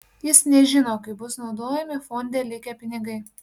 jis nežino kaip bus naudojami fonde likę pinigai